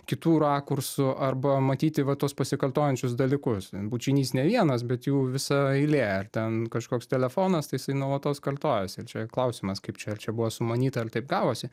kitų rakursų arba matyti va tuos pasikartojančius dalykus bučinys ne vienas bet jų visa eilė ten kažkoks telefonas tai jisai nuolatos kartojasi čia klausimas kaip čia ar čia buvo sumanyta ar taip gavosi